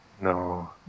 No